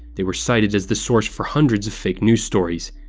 they were cited as the source for hundreds of fake news stories.